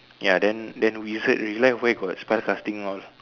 ya then then wizard real life where got spell casting all